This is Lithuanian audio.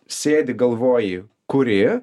sėdi galvoji kuri